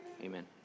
Amen